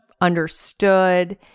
understood